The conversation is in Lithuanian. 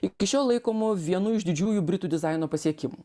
iki šiol laikomu vienu iš didžiųjų britų dizaino pasiekimų